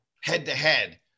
head-to-head